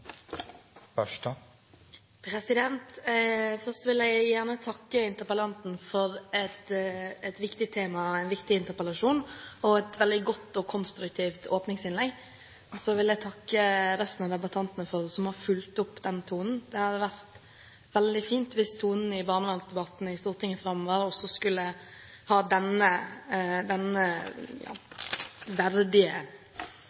et viktig tema, en viktig interpellasjon, og for et veldig godt og konstruktivt åpningsinnlegg. Så vil jeg takke resten av debattantene som har fulgt opp den tonen. Det hadde vært veldig fint hvis tonen i barnevernsdebattene i Stortinget framover også hadde denne verdigheten og konstruktiviteten ved seg. Barnevernet er